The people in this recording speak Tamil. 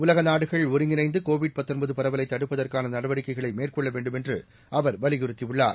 உலகநாடுகள் ஒருங்கிணைந்தகோவிட் பரவலைத் தடுப்பதற்கானநடவடிக்கைகளைமேற்கொள்ளவேண்டும் என்றுஅவர் வலியுறுத்தியுள்ளார்